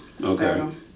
Okay